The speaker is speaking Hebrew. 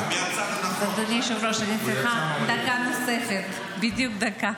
אדוני היושב-ראש, אני צריכה דקה נוספת, בדיוק דקה.